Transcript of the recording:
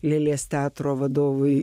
lėlės teatro vadovui